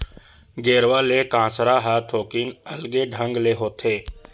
गेरवा ले कांसरा ह थोकिन अलगे ढंग ले होथे